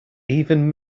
even